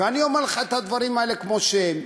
אני אומר לך את הדברים האלה כמו שהם.